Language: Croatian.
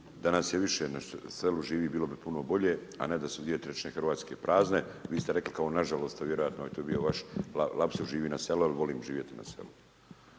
da nas je više da na selu živi bilo bi puno bolje, a ne da su dvije trećine Hrvatske prazne, vi ste rekli kao nažalost, a vjerojatno je to bio vaš lapsus živi na selu jer volim živjeti na selu.